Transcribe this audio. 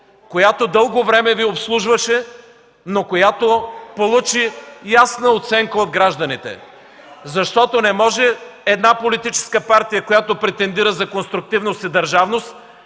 която дълго време Ви обслужваше, но получи ясна оценка от гражданите, защото не може една политическа партия, която претендира за конструктивност и държавност,